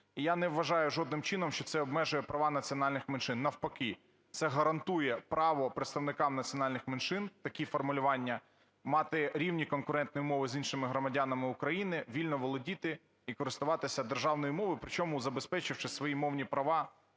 я не вважаю жодним чином, що це обмежує права національних меншин. Навпаки, це гарантує право представникам національних меншин, такі формулювання, мати рівні конкурентні умови з іншими громадянами України. Вільно володіти і користуватися державною мовою, причому, забезпечивши свої мовні права,